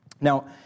Now